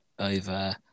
Over